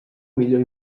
millor